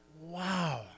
wow